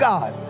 God